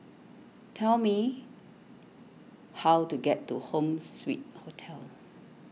tell me how to get to Home Suite Hotel